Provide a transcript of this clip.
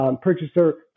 purchaser